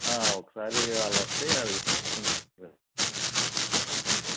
ఒకసారి వాళ్ళొస్తే ఆ రెండు